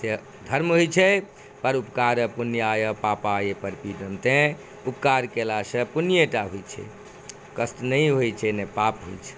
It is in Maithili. धर्म होइ छै पर उपकार यऽ पुण्याय पापाय परपीडनम उपकार केला से पुण्येटा होइ छै कष्ट नै होइ छै नै पाप होइ छै